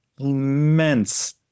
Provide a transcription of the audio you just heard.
immense